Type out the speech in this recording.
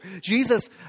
Jesus